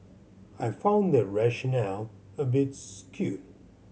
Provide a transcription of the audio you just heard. I found that rationale a bit skewed